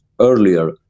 earlier